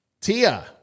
Tia